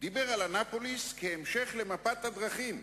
דיבר על אנאפוליס כהמשך למפת הדרכים.